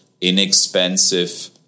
inexpensive